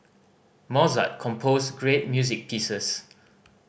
Mozart composed great music pieces